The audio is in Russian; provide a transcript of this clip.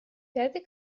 пятый